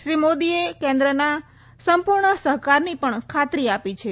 શ્રી મોદીએ કેન્દ્રના સંપુર્ણ સહકારની ખાતરી આપી છે